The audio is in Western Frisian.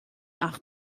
acht